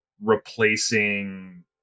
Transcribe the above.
replacing